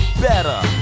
better